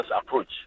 approach